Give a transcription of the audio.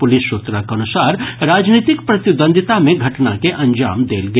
police सूत्रक अनुसार राजनीतिक प्रतिद्वंदिता मे घटना के अंजाम देल गेल